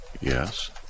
Yes